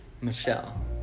Michelle